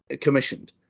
commissioned